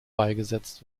beigesetzt